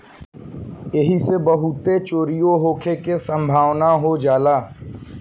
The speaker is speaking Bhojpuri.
ऐइसे बहुते चोरीओ होखे के सम्भावना हो जाला